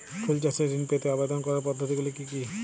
ফুল চাষে ঋণ পেতে আবেদন করার পদ্ধতিগুলি কী?